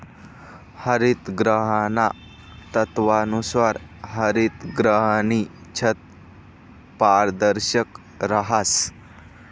हरितगृहाना तत्वानुसार हरितगृहनी छत पारदर्शक रहास